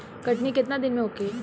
कटनी केतना दिन में होखे?